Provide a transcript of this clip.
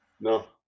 No